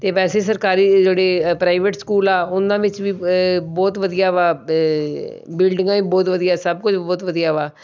ਅਤੇ ਵੈਸੇ ਸਰਕਾਰੀ ਜਿਹੜੇ ਪ੍ਰਾਈਵੇਟ ਸਕੂਲ ਆ ਉਹਨਾਂ ਵਿੱਚ ਵੀ ਅ ਬਹੁਤ ਵਧੀਆ ਵਾ ਬਿਲਡਿੰਗਾਂ ਵੀ ਬਹੁਤ ਵਧੀਆ ਸਭ ਕੁਝ ਬਹੁਤ ਵਧੀਆ ਵਾ